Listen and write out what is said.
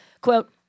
quote